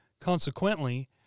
Consequently